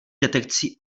detekcí